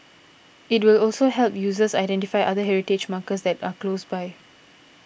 it will also help users identify other heritage markers that are close by